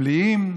סמליים,